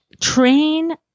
train